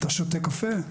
אתה שותה קפה?